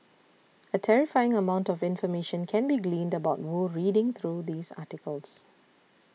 a terrifying amount of information can be gleaned about Wu reading through these articles